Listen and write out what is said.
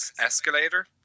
escalator